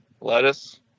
lettuce